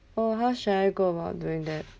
oh how should I go about doing that